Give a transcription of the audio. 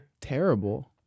terrible